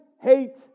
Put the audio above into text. hate